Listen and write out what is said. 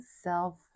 self